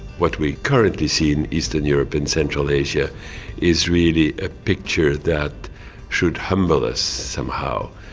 what we currently see in eastern europe and central asia is really a picture that should humble us somehow.